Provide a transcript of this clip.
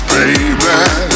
Baby